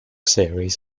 series